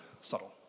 subtle